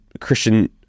christian